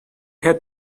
had